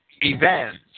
events